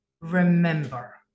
remember